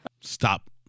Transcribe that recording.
Stop